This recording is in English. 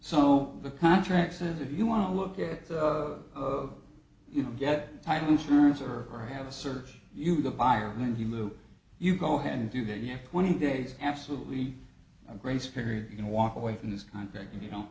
so the contract says if you want to look at you know get title insurance or have a search you the buyer when he knew you go ahead and do that you have twenty days absolutely a grace period you can walk away from this contract if you don't